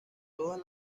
todas